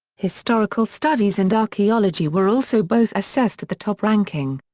historical studies and archaeology were also both assessed at the top ranking.